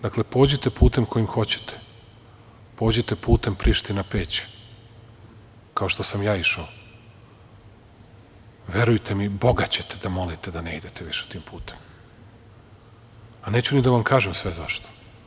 Dakle, pođite putem kojim hoćete, pođite putem Priština-Peć, kao što sam ja išao, verujte mi, Boga ćete da molite da ne idete više tim putem, a neću ni da vam kažem sve zašto.